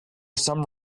some